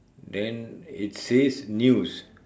then it says news